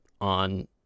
on